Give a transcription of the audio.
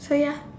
so ya